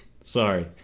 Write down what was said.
Sorry